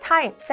Time